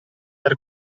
per